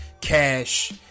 cash